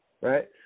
Right